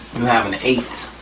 you have an eight.